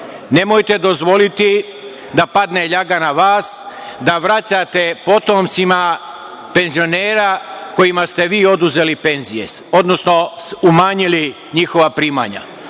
Nemojte dozvoliti da padne ljaga na vas, da vraćate potomcima penzionera kojima ste vi oduzeli penzije, odnosno umanjili njihova primanja.